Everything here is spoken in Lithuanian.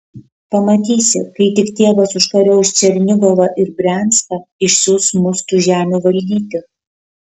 pamatysi kai tik tėvas užkariaus černigovą ir brianską išsiųs mus tų žemių valdyti